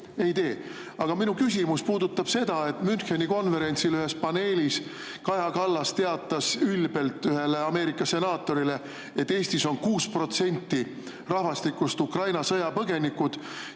Ei tee. Aga minu küsimus puudutab seda, et Müncheni konverentsil ühes paneelis teatas Kaja Kallas ülbelt ühele Ameerika senaatorile, et Eestis on 6% rahvastikust Ukraina sõjapõgenikud